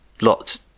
lot